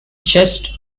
just